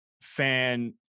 fan